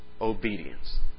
Obedience